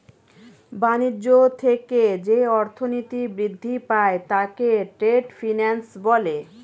বাণিজ্য থেকে যে অর্থনীতি বৃদ্ধি পায় তাকে ট্রেড ফিন্যান্স বলে